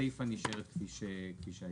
הסיפא נשארת כפי שהייתה.